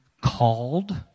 called